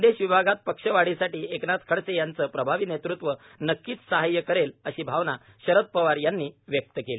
खान्देश विभागात पक्षवाढीसाठी एकनाथ खडसे यांच प्रभावी नेतृत्व नक्कीच सहाय्य करेल अशी भावना शरद पवार यांनी व्यक्त केली